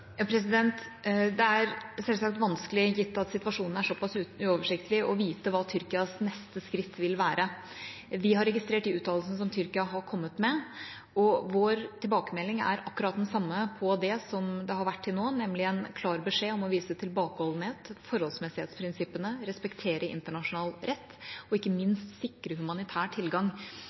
Det er selvsagt vanskelig, gitt at situasjonen er såpass uoversiktlig, å vite hva Tyrkias neste skritt vil være. Vi har registrert de uttalelsene som Tyrkia har kommet med, og vår tilbakemelding er akkurat den samme som den har vært til nå, nemlig en klar beskjed om å vise tilbakeholdenhet, forholdsmessighetsprinsippene, respektere internasjonal rett og ikke minst sikre tilgang på humanitær